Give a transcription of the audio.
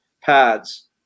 pads